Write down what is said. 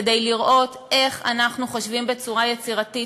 כדי לראות איך אנחנו חושבים בצורה יצירתית,